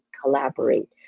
collaborate